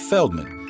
Feldman